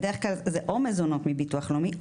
בדרך כלל זה או מזונות מביטוח לאומי,